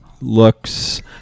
looks